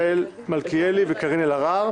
מיכאל מלכיאלי וקארין אלהרר,